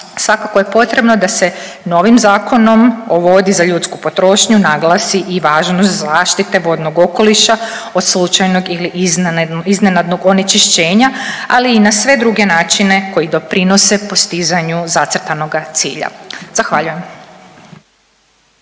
svakako je potrebno da se novi Zakonom o vodi za ljudsku potrošnju naglasi i važnost zaštite vodnog okoliša od slučajnog ili iznenadnog onečišćenja, ali i na sve druge načine koji doprinose postizanju zacrtanoga cilja. Zahvaljujem.